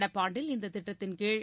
நடப்பாண்டில் இந்த திட்டத்தின்கீழ்